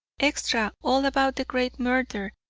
extra! all about the great murder.